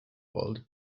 world